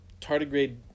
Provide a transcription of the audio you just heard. Tardigrade